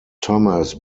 thomas